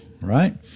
right